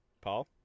Paul